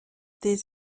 des